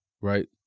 Right